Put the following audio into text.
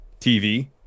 TV